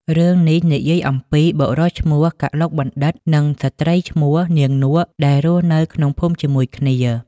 រឿងនេះនិយាយអំពីបុរសឈ្មោះ កឡុកបណ្ឌិត្យ និងស្ត្រីឈ្មោះ នាងនក់ ដែលរស់នៅក្នុងភូមិជាមួយគ្នា។